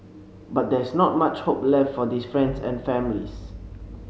but there's not much hope left for these friends and families